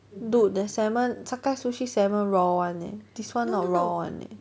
dude the salmon sakae sushi raw one eh this one not raw one eh